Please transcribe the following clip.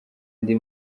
ndi